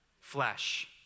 flesh